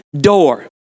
door